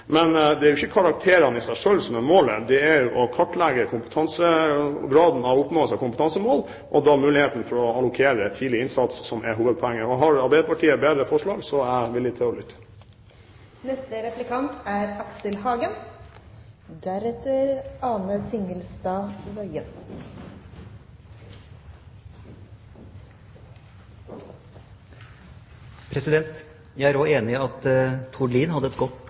Men det er jo ikke karakterene i seg selv som er målet. Det er å kartlegge graden av oppnåelse av kompetansemål og muligheten til å allokere tidlig innsats som er hovedpoenget. Har Arbeiderpartiet et bedre forslag, er jeg villig til å lytte. Jeg er også enig i at Tord Lien hadde et godt